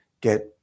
get